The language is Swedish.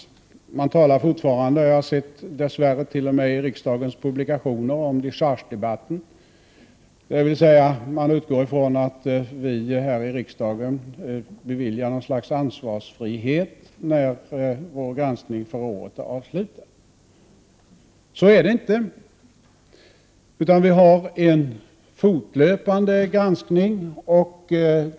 Beträffande granskningsdebatten utgår man ofta från — jag har dess värre sett t.o.m. i riksdagens publikationer att man kallar debatten för dechargedebatt, vilket är felaktigt — att vi här i riksdagen beviljar ett slags ansvarsfrihet när vår granskning för året är avslutad. Så är det inte, utan vi har en fortlöpande granskning.